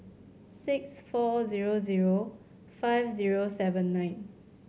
six four zero zero five zero seven nine